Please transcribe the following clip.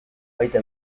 baita